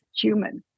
human